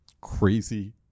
crazy